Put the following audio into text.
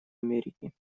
америки